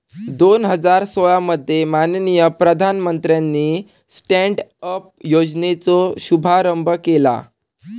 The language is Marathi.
दोन हजार सोळा मध्ये माननीय प्रधानमंत्र्यानी स्टॅन्ड अप योजनेचो शुभारंभ केला